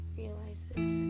realizes